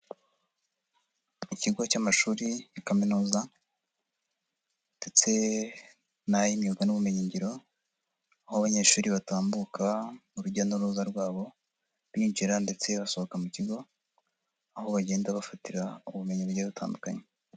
Ikigo cy'amashuri ya kaminuza ndetse n'ay'imyuga n'ubumenyingiro, aho abanyeshuri batambuka urujya n'uruza rwabo, binjira ndetse basohoka mu kigo, aho bagenda bafatira ubumenyi bugiye butandukanye.